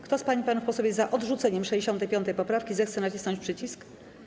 Kto z pań i panów posłów jest za odrzuceniem 65. poprawki, zechce nacisnąć przycisk.